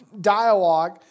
dialogue